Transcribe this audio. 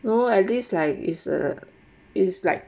you know at least like is uh is like